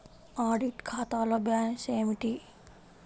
Audit ఖాతాలో balance ఏమిటీ?